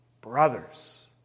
brothers